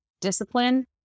discipline